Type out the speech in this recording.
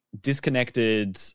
disconnected